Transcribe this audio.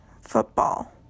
Football